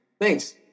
Thanks